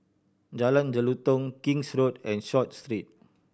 Jalan Jelutong King's Road and Short Street